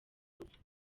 urupfu